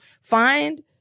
find